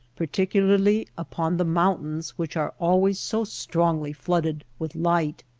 particularly upon the mountains which are always so strongly flooded with light.